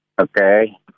Okay